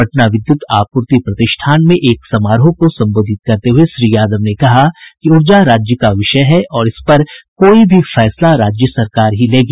पटना विद्युत आपूर्ति प्रतिष्ठान में एक समारोह को संबोधित करते हुये श्री यादव ने कहा कि ऊर्जा राज्य का विषय है और इस पर कोई भी फैसला राज्य सरकार ही लेगी